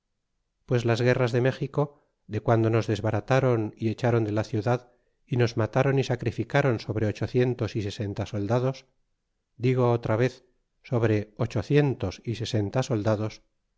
pues las guerras de méxico de cuando nos desbarataron y echaron de la ciudad y nos mataron y sacrificaron sobre ochocientos y sesenta soldados digo otra vez sobre ochocientos y sesenta soldados